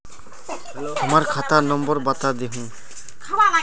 हमर खाता नंबर बता देहु?